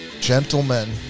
Gentlemen